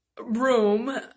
room